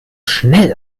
schnell